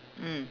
mm